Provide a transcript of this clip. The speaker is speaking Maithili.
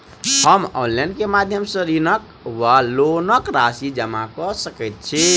हम ऑनलाइन केँ माध्यम सँ ऋणक वा लोनक राशि जमा कऽ सकैत छी?